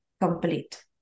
complete